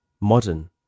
Modern